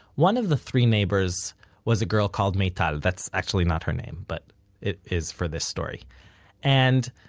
one of the three neighbors was a girl called meital that's actually not her name, but it is for this story and,